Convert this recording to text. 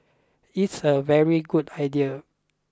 it's a very good idea